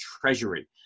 treasury